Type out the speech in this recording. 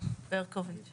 להשתלב במקצועות